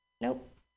Nope